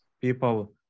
people